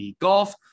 golf